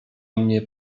mnie